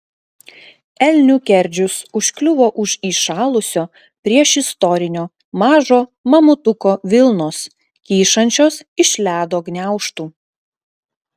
elnių kerdžius užkliuvo už įšalusio priešistorinio mažo mamutuko vilnos kyšančios iš ledo gniaužtų